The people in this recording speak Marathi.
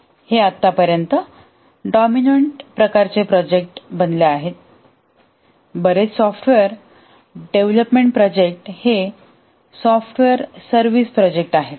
हे आतापर्यंत डॉमिनंट प्रकारचे प्रोजेक्ट बनले आहेत बरेच सॉफ्टवेअर डेव्हलपमेंट प्रोजेक्ट हे सॉफ्टवेअर सर्व्हिसेस प्रोजेक्ट आहेत